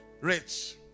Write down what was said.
rich